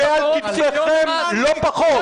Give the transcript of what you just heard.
זה על כתפיכם לא פחות.